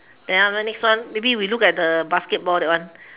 then after next one maybe we look at the basketball that one